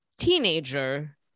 teenager